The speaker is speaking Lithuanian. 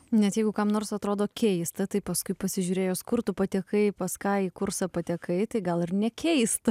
net jeigu kam nors atrodo keista tai paskui pasižiūrėjus kur tu patekai pas ką į kursą patekai tai gal ir nekeista